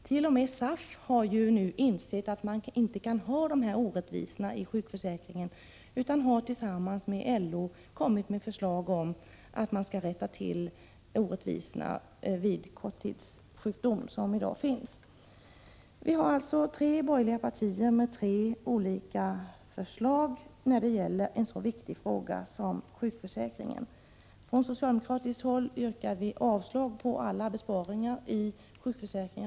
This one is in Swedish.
T. o. m. SAF har nu insett att man inte kan ha alltför låg kompensationsnivå i sjukförsäkringen och har tillsammans med LO lagt fram förslag som innebär att nuvarande orättvisor i samband med ersättningen vid korttidssjukdom skall avskaffas. De tre borgerliga partierna har alltså tre olika förslag i en så viktig fråga som sjukförsäkringen. Från socialdemokratiskt håll yrkar vi avslag på alla besparingar av här nämnd typ i sjukförsäkringen.